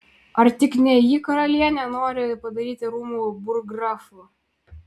ar tik ne jį karalienė nori padaryti rūmų burggrafu